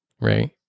right